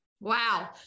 Wow